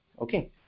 Okay